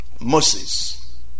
Moses